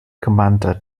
commander